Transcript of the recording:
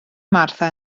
martha